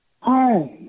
Hi